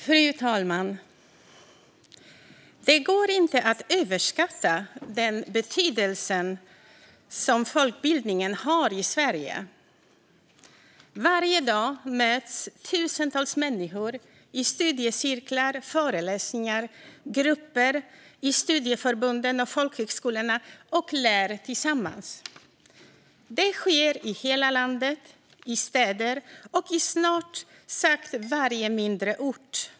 Fru talman! Det går inte att överskatta den betydelse som folkbildningen har i Sverige. Varje dag möts tusentals människor i studiecirklar, på föreläsningar, i grupper, i studieförbund och på folkhögskolor och lär tillsammans. Det sker i hela landet, i städer och på snart sagt varje mindre ort.